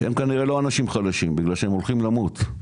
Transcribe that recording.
הם כנראה לא אנשים חלשים בגלל שהם הולכים למות.